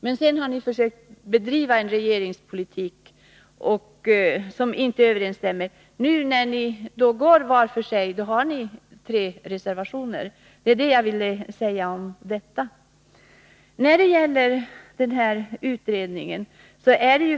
När ni nu går var för sig har ni också tre reservationer. Det var bara detta jag ville säga.